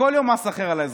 כל יום מס אחר על האזרחים.